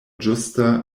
ĝusta